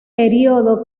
período